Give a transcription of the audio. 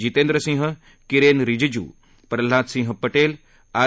Jitendra Singh Kiren Rijiju Pralhad Singh Patel R